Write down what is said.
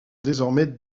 désormais